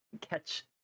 catch